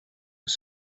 was